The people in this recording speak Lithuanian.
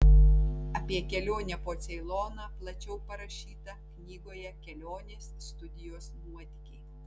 apie kelionę po ceiloną plačiau parašyta knygoje kelionės studijos nuotykiai